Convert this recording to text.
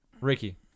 Ricky